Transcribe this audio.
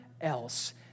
else